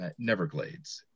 Neverglades